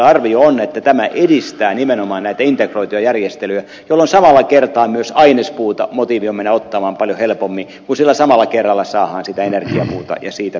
arvio on että tämä edistää nimenomaan näitä integroituja järjestelyjä jolloin samalla kertaa motiivi on mennä paljon helpommin ottamaan myös ainespuuta kun sillä samalla kerralla saadaan sitä energiapuuta ja siitä pieni tuki